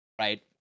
right